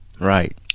Right